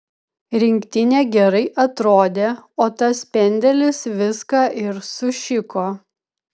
rinktinė gerai atrodė o tas pendelis viską ir sušiko